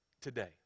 today